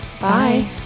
Bye